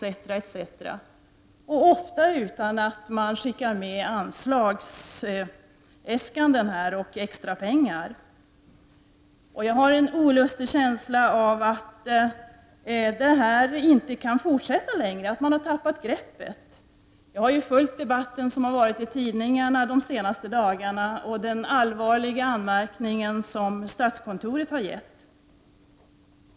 Detta sker ofta utan att man skickar med anslagsäskanden om extra pengar. Jag har en olustig känsla av att det här inte kan fortsätta längre, man har tappat greppet. Jag har följt debatten i tidningarna de senaste dagarna och noterat statskontorets allvarliga anmärkning.